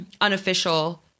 unofficial